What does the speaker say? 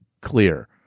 clear